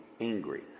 angry